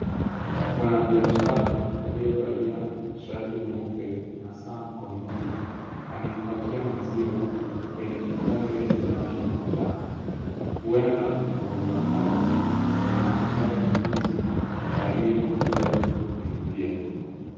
Mwanabiashara aliyevalia shati nyeupe na saa mkononi anaipakia maziwa kwenye kikombe yenye rangi manjano ,huenda maziwa haya anampa mnunuzi aliyekuja kulipia.